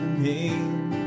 name